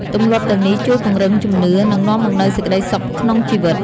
ទម្លាប់ទាំងនេះជួយពង្រឹងជំនឿ និងនាំមកនូវសេចក្តីសុខក្នុងជីវិត។